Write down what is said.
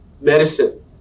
medicine